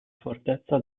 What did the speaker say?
fortezza